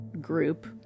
group